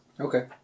Okay